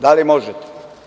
Da li možete?